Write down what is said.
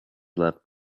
left